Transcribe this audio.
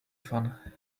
fun